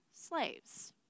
slaves